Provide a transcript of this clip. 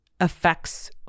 affects